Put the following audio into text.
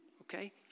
okay